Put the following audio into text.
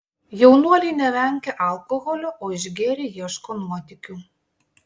jaunuoliai nevengia alkoholio o išgėrę ieško nuotykių